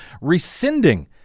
rescinding